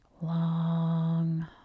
Long